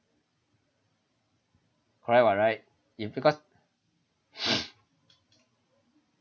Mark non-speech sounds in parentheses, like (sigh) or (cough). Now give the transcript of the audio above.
correct [what] right if because (breath)